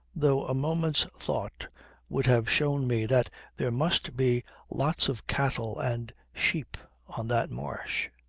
though a moment's thought would have shown me that there must be lots of cattle and sheep on that marsh.